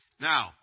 Now